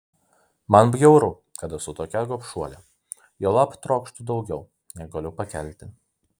man bjauru kad esu tokia gobšuolė juolab trokštu daugiau nei galiu pakelti